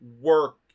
work